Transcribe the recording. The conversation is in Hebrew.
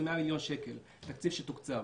זה 100 מיליון שקל תקציב שתוקצב.